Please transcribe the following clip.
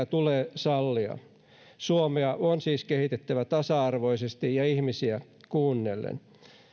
tulee sallia suomea on siis kehitettävä tasa arvoisesti ja ihmisiä kuunnellen